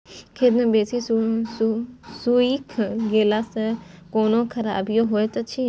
खेत मे बेसी सुइख गेला सॅ कोनो खराबीयो होयत अछि?